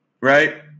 right